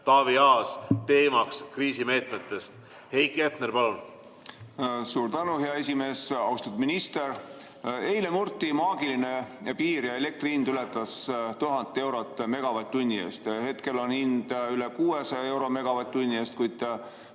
Taavi Aas. Teema on kriisimeetmed. Heiki Hepner, palun! Suur tänu, hea esimees! Austatud minister! Eile murti maagiline piir ja elektri hind ületas 1000 eurot megavatt-tunni eest. Hetkel on hind üle 600 euro megavatt-tunni eest, kuid